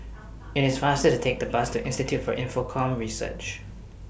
IT IS faster to Take The Bus to Institute For Infocomm Research